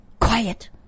quiet